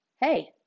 Hey